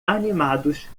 animados